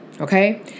okay